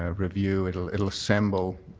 ah review. it will it will assemble